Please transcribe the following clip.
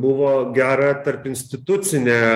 buvo gera tarpinstitucinė